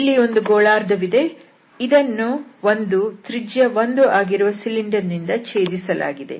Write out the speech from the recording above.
ಇಲ್ಲಿ ಒಂದು ಗೋಳಾರ್ಧ ವಿದೆ ಇದನ್ನು ಒಂದು ತ್ರಿಜ್ಯ 1 ಆಗಿರುವ ಸಿಲಿಂಡರ್ನಿಂದ ಛೇದಿಸಲಾಗಿದೆ